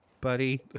buddy